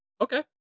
Okay